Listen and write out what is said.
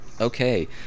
Okay